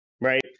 right